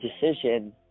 decision